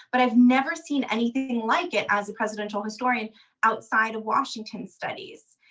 but have never seen anything like it as a presidential historian outside of washington studies.